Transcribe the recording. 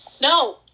no